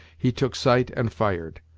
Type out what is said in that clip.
he took sight and fired.